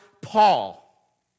Paul